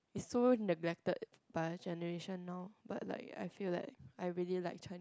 is so neglected by generation now but like I feel like I really like Chinese